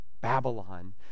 Babylon